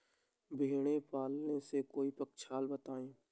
भेड़े पालने से कोई पक्षाला बताएं?